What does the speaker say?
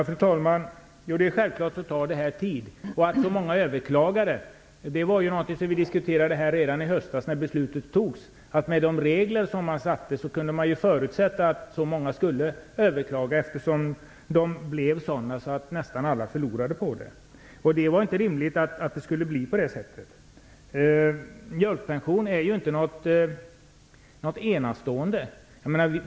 Fru talman! Det är självklart att det tar tid. Att många skulle överklaga var något som vi diskuterade redan i höstas när beslutet fattades. Med de regler som sattes kunde man förutsätta att många skulle överklaga, eftersom reglerna blev sådana att nästan alla förlorade på det. Det var inte rimligt att det skulle bli på det sättet. Mjölkpension är inte något unikt.